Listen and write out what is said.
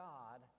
God